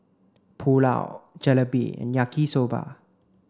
Pulao Jalebi and Yaki soba